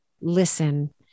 listen